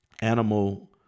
animal